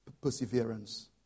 perseverance